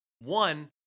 One